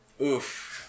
Oof